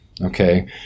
Okay